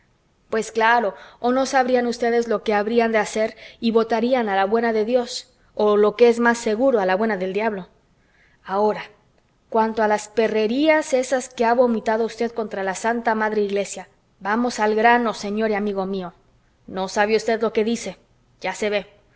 pues claro o no sabrían ustedes lo que habrían de hacer y votarían a la buena de dios o lo que es más seguro a la buena del diablo ahora cuanto a las perrerías esas que ha vomitado usted contra la santa madre iglesia vamos al grano señor y amigo mío no sabe usted lo que se dice ya se ve